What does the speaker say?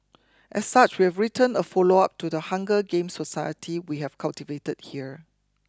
as such we've written a follow up to the Hunger Games society we have cultivated here